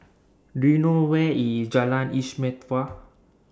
Do YOU know Where IS Jalan Istimewa